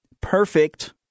perfect